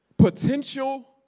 Potential